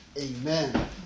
Amen